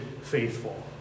faithful